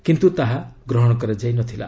କିନ୍ତୁ ତାହା ଗ୍ରହଣ କରାଯାଇନଥିଲା